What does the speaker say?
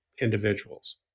individuals